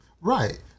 Right